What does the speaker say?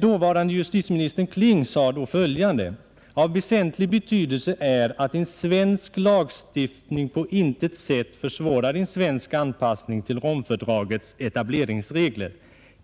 Dåvarande justitieminister Kling sade då följande: ”Av väsentlig betydelse är att en svensk lagstiftning på intet sätt försvårar en svensk anpassning till Romfördragets etableringsregler.